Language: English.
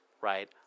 Right